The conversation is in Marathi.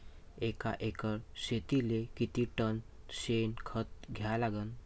एका एकर शेतीले किती टन शेन खत द्या लागन?